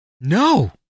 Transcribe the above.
No